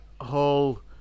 whole